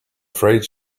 afraid